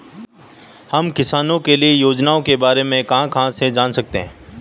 हम किसानों के लिए योजनाओं के बारे में कहाँ से जान सकते हैं?